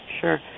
sure